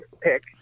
pick